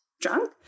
drunk